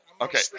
Okay